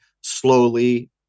slowly